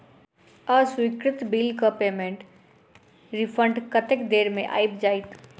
अस्वीकृत बिलक पेमेन्टक रिफन्ड कतेक देर मे आबि जाइत?